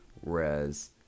whereas